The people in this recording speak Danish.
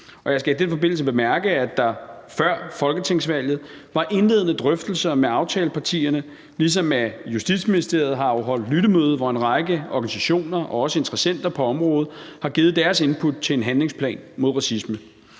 og jeg skal i den forbindelse bemærke, at der før folketingsvalget var indledende drøftelser med aftalepartierne, ligesom Justitsministeriet jo har holdt et lyttemøde, hvor en række organisationer og interessenter på området har givet deres input til en handlingsplan mod racisme.